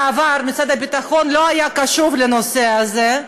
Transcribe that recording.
בעבר משרד הביטחון לא היה קשוב לנושא הזה,